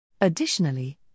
Additionally